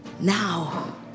Now